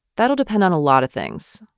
that'll depend on a lot of things.